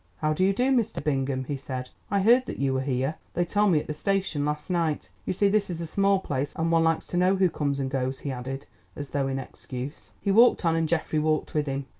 how do you do, mr. bingham? he said. i heard that you were here. they told me at the station last night. you see this is a small place and one likes to know who comes and goes, he added as though in excuse. he walked on and geoffrey walked with him.